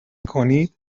کنید